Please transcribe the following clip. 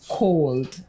cold